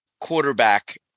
quarterback